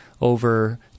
over